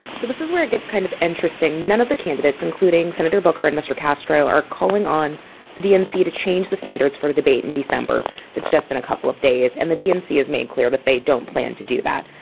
so this is where it gets kind of interesting. none of the candidates, including senator booker and mr. castro, are calling on the dnc to change the standards for the debate in december. that's just in a couple of days. and the dnc has made clear that they don't plan to do that.